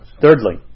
Thirdly